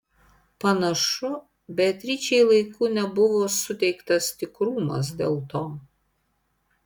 panašu beatričei laiku nebuvo suteiktas tikrumas dėl to